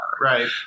Right